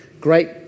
Great